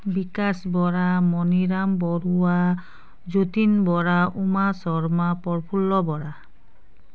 Bikash Bora Maniram Baruah Jatin Bora Uma Sharma Prafulla Bora